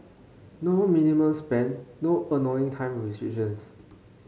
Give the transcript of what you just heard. no minimum spend no annoying time restrictions